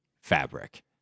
fabric